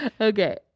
okay